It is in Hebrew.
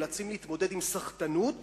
נאלצים להתמודד עם סחטנות